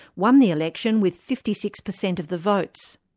won the election with fifty six percent of the votes.